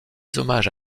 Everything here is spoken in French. hommages